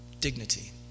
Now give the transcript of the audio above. dignity